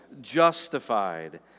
justified